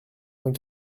vingt